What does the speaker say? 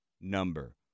number